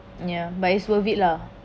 ya but it's worth it lah